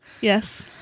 Yes